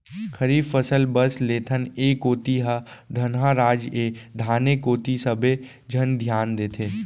खरीफ फसल बस लेथन, ए कोती ह धनहा राज ए धाने कोती सबे झन धियान देथे